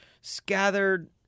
scattered